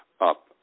up